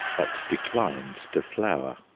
but declined to flower.